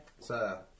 Sir